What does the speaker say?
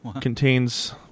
contains